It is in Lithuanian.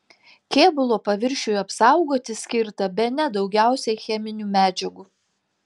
kėbulo paviršiui apsaugoti skirta bene daugiausiai cheminių medžiagų